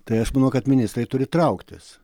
tai aš manau kad ministrai turi trauktis